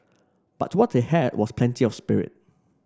but what they had was plenty of spirit